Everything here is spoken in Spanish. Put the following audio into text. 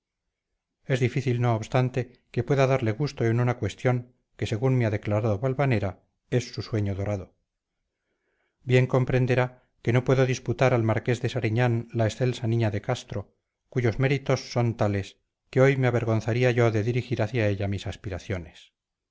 es difícil no obstante que pueda darle gusto en una cuestión que según me ha declarado valvanera es su sueño dorado bien comprenderá que no puedo disputar al marqués de sariñán la excelsa niña de castro cuyos méritos son tales que hoy me avergonzaría yo de dirigir hacia ella mis aspiraciones